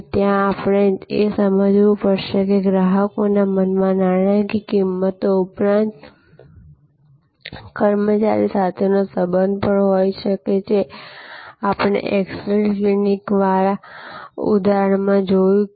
અને ત્યાં આપણે એ સમજવું પડશે કે ગ્રાહકોના મનમાં નાણાકીય કિંમતો ઉપરાંતકર્મચારી સાથે નો સંબંધ પણ હોય શકે છે જે આપણે એક્સ રે ક્લિનિક વાળા ઉદાહરણ માં જોયું